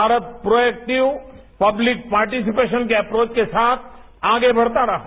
Bharat proactive public participation के approach के साथ आगे बढ़ता रहा